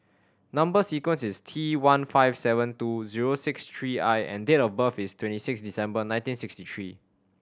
number sequence is T one five seven two zero six three I and date of birth is twenty six December nineteen sixty three